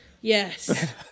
Yes